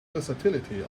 versatility